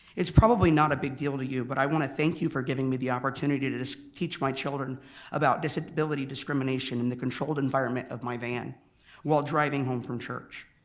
it's probably not a big deal to you but i want to thank you for giving me the opportunity to to teach my children about disability discrimination in the controlled environment of my van while driving home from church.